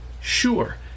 Sure